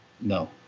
no